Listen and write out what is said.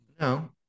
No